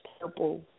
purple